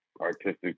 artistic